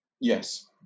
Yes